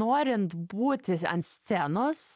norint būti ant scenos